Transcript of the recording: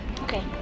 Okay